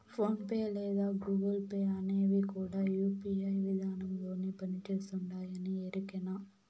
phone pay లేదా Google Pay అనేవి కూడా యూ.పీ.ఐ విదానంలోనే పని చేస్తుండాయని ఎరికేనా